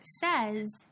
says